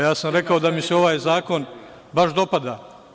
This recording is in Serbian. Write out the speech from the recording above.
Ja sam rekao da mi se ovaj zakon baš dopada.